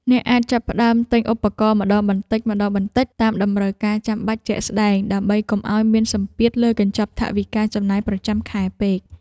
អ្នកអាចចាប់ផ្តើមទិញឧបករណ៍ម្តងបន្តិចៗតាមតម្រូវការចាំបាច់ជាក់ស្តែង ដើម្បីកុំឱ្យមានសម្ពាធលើកញ្ចប់ថវិកាចំណាយប្រចាំខែពេក។